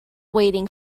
waiting